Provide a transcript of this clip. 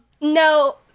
No